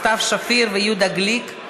סתיו שפיר ויהודה גליק.